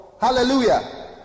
hallelujah